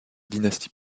dynasties